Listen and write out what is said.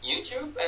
YouTube